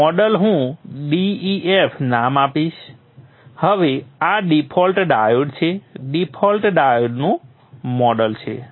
model હું def નામ આપીશ હવે આ ડિફોલ્ટ ડાયોડ છે ડિફોલ્ટ ડાયોડનું મોડલ છે